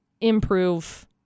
improve